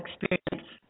experience